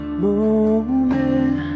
moment